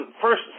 first